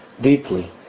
deeply